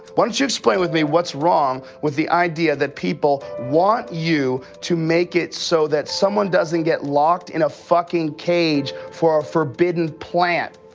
why don't you explain to me what's wrong with the idea that people want you to make it so that someone doesn't get locked in a fucking cage for a forbidden plant?